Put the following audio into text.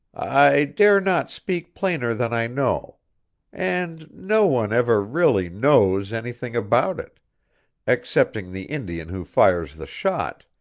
i dare not speak plainer than i know and no one ever really knows anything about it excepting the indian who fires the shot,